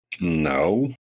No